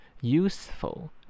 Useful